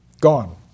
gone